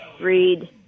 Read